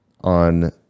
On